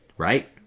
right